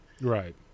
Right